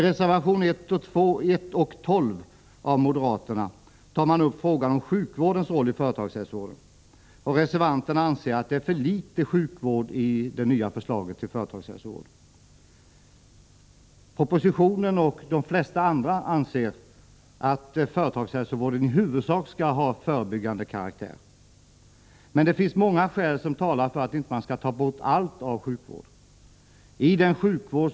Reservationerna 1 och 12 av moderaterna tar upp sjukvårdens roll i företagshälsovården. Reservanterna anser att det nya förslaget till företagshälsovård innehåller för litet sjukvård. I propositionen och i de flesta andra sammanhang anser man att företagshälsovården i huvudsak skall ha förebyggande karaktär. Det finns många skäl som talar för att man inte skall ta bort allt av sjukvård här.